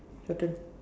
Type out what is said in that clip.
your turn